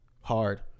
Hard